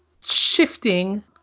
shifting